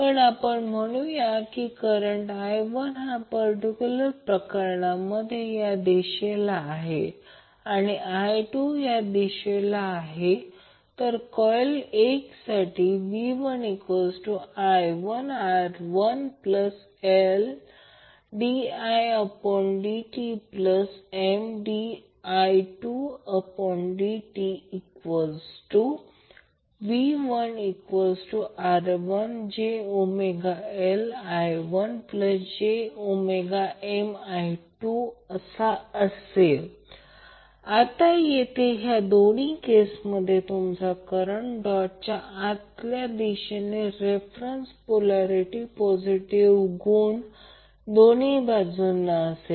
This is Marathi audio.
पण म्हणून या की करंट i1या पर्टिक्यूलर प्रकरणामध्ये या दिशेला आहे आणि i2 हा या दिशेला तर कॉइल एक साठी v1i1R1L1di1dtMdi2dtV1R1jωL1I1jωMI2 आता येथे या दोन्ही केसमधे तुमचा करंट हा डॉटच्या आतल्या दिशेने रेफरंन्स पोल्यारीटी पॉजिटिव गुण दोनही बाजूंना असेल